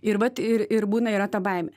ir vat ir ir būna yra ta baimė